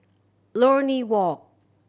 Lornie Walk